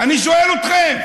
אני שואל אתכם.